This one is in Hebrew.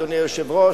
אדוני היושב-ראש,